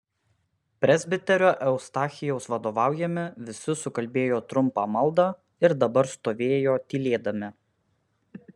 presbiterio eustachijaus vadovaujami visi sukalbėjo trumpą maldą ir dabar stovėjo tylėdami